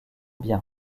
bien